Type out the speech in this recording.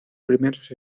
primeros